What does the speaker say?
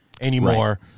anymore